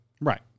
Right